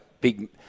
big